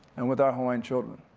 and with our hawaiian children.